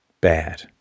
bad